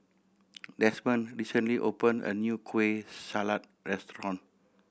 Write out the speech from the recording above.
Demond recently opened a new Kueh Salat restaurant